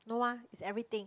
no ah it's everything